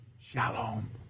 shalom